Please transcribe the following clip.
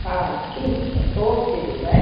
ਹਾਂ ਠੀਕ ਹੈ ਓਕੇ ਜੀ ਬਾਏ